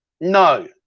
No